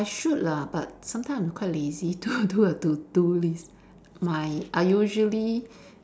I should lah but sometimes I'm quite lazy to do a to do list my I usually